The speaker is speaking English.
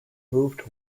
moved